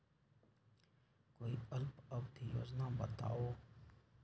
कोई अल्प अवधि योजना बताऊ?